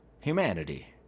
humanity